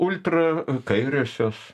ultra kairiosios